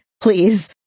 please